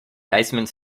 basement